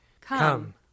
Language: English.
Come